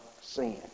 sin